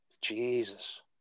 Jesus